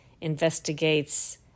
investigates